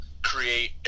create